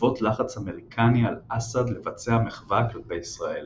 בעקבות לחץ אמריקני על אסד לבצע מחווה כלפי ישראל.